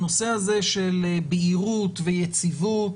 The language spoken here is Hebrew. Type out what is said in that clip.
הנושא הזה של בהירות ויציבות